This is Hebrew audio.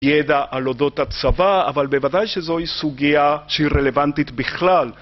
ידע על אודות הצבא, אבל בוודאי שזוהי סוגיה שהיא רלוונטית בכלל.